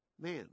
Man